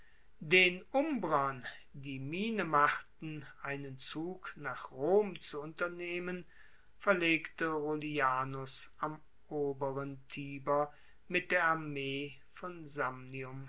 den umbrern die miene machten einen zug nach rom zu unternehmen verlegte rullianus am oberen tiber mit der armee von